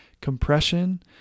compression